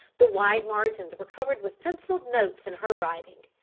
the wide margins were covered with pencilled notes in her writing.